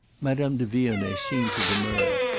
madame de vionnet seemed to demur.